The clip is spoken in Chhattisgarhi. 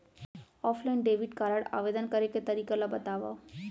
ऑफलाइन डेबिट कारड आवेदन करे के तरीका ल बतावव?